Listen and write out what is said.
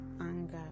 anger